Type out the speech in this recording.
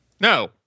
No